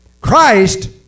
Christ